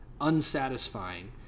unsatisfying